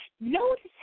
notice